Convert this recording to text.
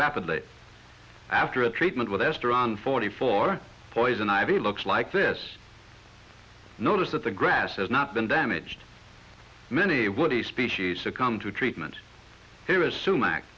rapidly after a treatment with esther around forty four poison ivy looks like this notice that the grass has not been damaged many woody species succumb into treatment here is sumac